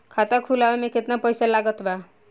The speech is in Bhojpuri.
खाता खुलावे म केतना पईसा लागत बा?